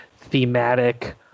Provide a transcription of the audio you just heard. thematic